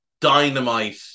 dynamite